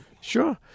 Sure